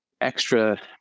Extra